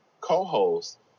co-host